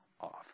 off